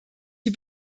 die